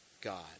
God